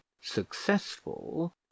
successful